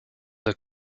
der